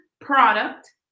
product